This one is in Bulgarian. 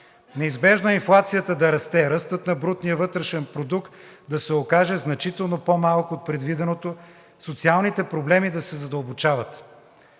Неизбежно е инфлацията да расте. Ръстът на брутния вътрешен продукт да се окаже значително по-малък от предвиденото, социалните проблеми да се задълбочават.